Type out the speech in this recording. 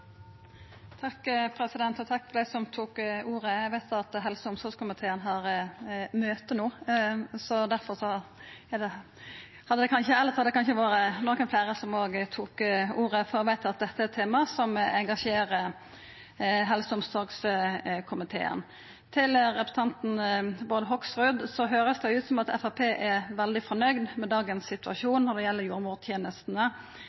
Takk til dei som tok ordet. Eg veit at helse- og omsorgskomiteen har møte no, elles hadde kanskje nokre fleire tatt ordet, for eg veit at dette er eit tema som engasjerer helse- og omsorgskomiteen. Til representanten Bård Hoksrud: Det høyrest ut som om Framstegspartiet er veldig nøgd med dagens